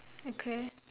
okay